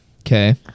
Okay